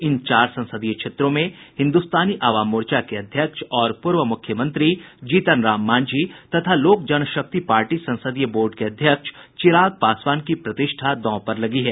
इन चार संसदीय क्षेत्रों में हिन्दुस्तानी अवाम मोर्चा के अध्यक्ष और पूर्व मुख्यमंत्री जीतनराम मांझी तथा लोक जनशक्ति पार्टी संसदीय बोर्ड के अध्यक्ष चिराग पासवान की प्रतिष्ठा दांव पर लगी है